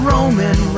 Roman